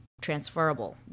transferable